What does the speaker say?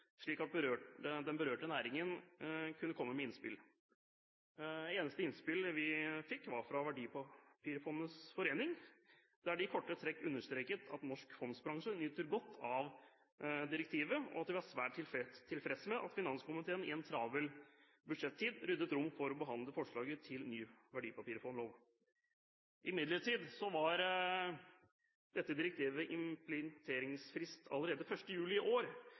slik at den berørte næringen kunne komme med innspill. Det eneste innspillet vi fikk, var fra Verdipapirfondenes forening, der de i korte trekk understreket at norsk fondsbransje nyter godt av direktivet, og at de var svært tilfreds med at finanskomiteen i en travel budsjettid ryddet rom for å behandle forslaget til ny verdipapirfondlov. Imidlertid hadde dette direktivet implementeringsfrist allerede 1. juli i år,